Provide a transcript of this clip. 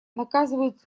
наказывают